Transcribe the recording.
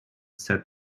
said